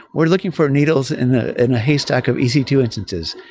we're looking for needles in ah in a haystack of e c two instances.